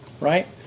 right